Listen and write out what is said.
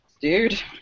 Dude